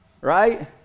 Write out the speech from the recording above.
Right